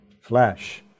flesh